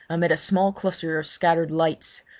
amid a small cluster of scattered lights,